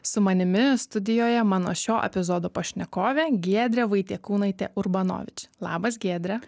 su manimi studijoje mano šio epizodo pašnekovė giedrė vaitiekūnaitė urbanovič labas giedre